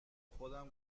خودم